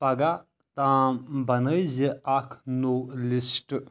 پگہہ تام بنٲیزِ اکھ نٔو لسٹ